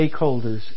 stakeholders